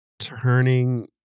turning